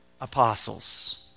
apostles